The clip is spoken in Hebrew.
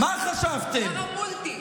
שר המולטי.